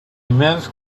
immense